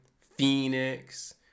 Phoenix